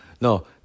No